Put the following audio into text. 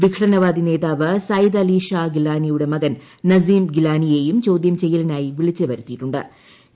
വിഘടനവാദി നേതാവ് സയിദ് അലി ഷാ ഗിലാനിയുടെ മകൻ നസീം ഗിലാനിയേയും ചോദ്യം ചെയ്യലിനായി വിളിച്ചു വരുത്തിയിട്ടു ്